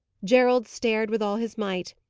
gerald stared with all his might,